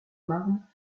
marne